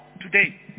today